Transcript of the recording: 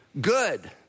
Good